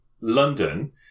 London